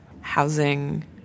housing